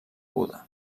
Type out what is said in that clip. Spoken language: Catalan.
buda